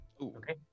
Okay